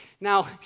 Now